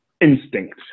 Instinct